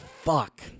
Fuck